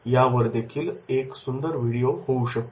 यावरदेखील एक सुंदर व्हिडिओ होऊ शकेल